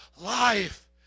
life